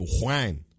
Juan